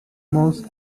most